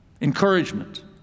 encouragement